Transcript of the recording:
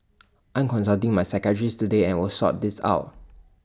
I'm consulting my psychiatrist today and will sort this out